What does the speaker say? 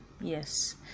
Yes